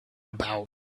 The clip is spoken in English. about